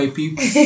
people